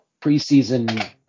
preseason